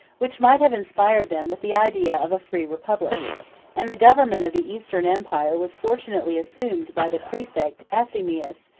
which might have inspired them with the idea of a free republic and the government of the eastern empire was fortunately assumed by the praefect anthemius,